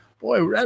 boy